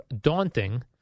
daunting